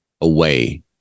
away